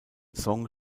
song